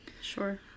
Sure